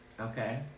Okay